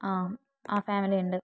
ആ ആ ഫാമിലി ഉണ്ട്